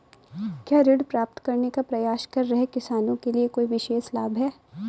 क्या ऋण प्राप्त करने का प्रयास कर रहे किसानों के लिए कोई विशेष लाभ हैं?